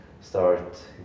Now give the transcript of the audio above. start